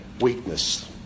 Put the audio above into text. weakness